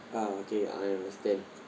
ah okay I understand